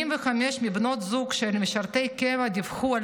85% מבנות הזוג של משרתי קבע דיווחו על